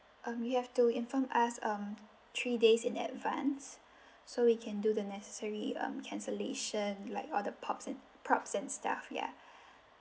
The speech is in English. um you have to inform us um three days in advance so we can do the necessary um cancellation like all the pops and props and stuff ya